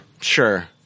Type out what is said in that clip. sure